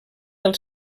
del